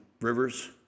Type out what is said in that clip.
rivers